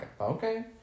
okay